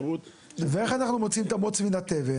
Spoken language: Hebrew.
איך אנחנו מוציאים את הבוץ מהתבן?